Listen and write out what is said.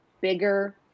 bigger